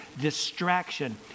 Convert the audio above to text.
distraction